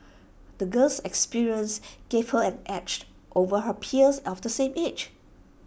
the girl's experiences gave her an edged over her peers of the same age